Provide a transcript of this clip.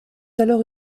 alors